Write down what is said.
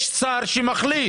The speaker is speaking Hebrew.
יש שר שמחליט.